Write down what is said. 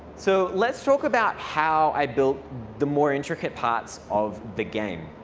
so let's talk about how i built the more intricate parts of the game.